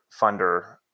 funder